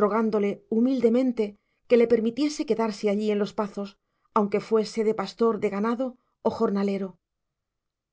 rogándole humildemente que le permitiese quedarse allí en los pazos aunque fuese de pastor de ganado o jornalero